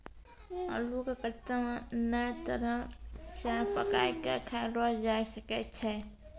अल्लू के कत्ते नै तरह से पकाय कय खायलो जावै सकै छै